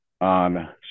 on